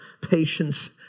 patience